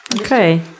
Okay